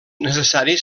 necessari